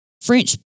French